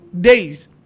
days